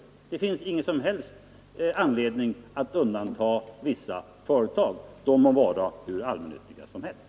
Det finns ingen som helst anledning att undanta vissa företag, de må vara hur allmännyttiga som helst.